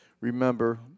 remember